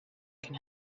can